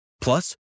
Plus